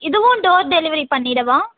இதுவும் door delivery பண்ணிடவா